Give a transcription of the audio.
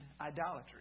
idolatry